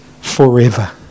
forever